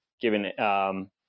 given